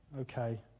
Okay